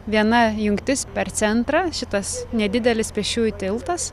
viena jungtis per centrą šitas nedidelis pėsčiųjų tiltas